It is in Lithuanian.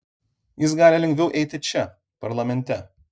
jis gali lengviau eiti čia parlamente